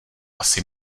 asi